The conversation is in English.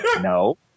No